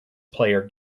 player